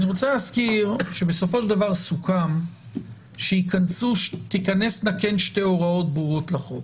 אני רוצה להזכיר שבסופו של דבר סוכם שתיכנסנה שתי הוראות ברורות לחוק.